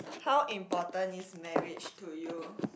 how important is marriage to you